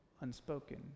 unspoken